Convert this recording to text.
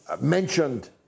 mentioned